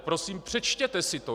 Prosím, přečtěte si to.